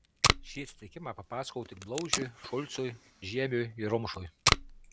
šį atsitikimą papasakojau tik blauzdžiui šulcui žiemiui ir rumšui